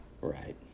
Right